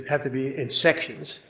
have to be in sections.